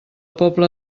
pobla